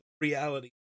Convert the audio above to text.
reality